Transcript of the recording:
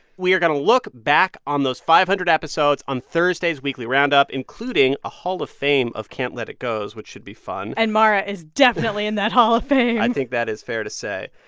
we are going to look back on those five hundred episodes on thursday's weekly roundup, including a hall of fame of can't let it go's, which should be fun and mara is definitely in that hall of fame i think that is fair to say.